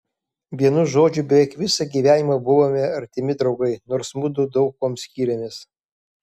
vienu žodžiu beveik visą gyvenimą buvome artimi draugai nors mudu daug kuom skyrėmės